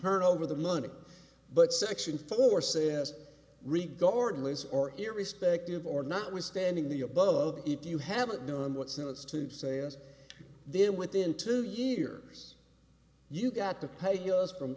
heard over the money but section four says regarding lease or irrespective or notwithstanding the above if you haven't known what snow is to say and then within two years you got to pay us from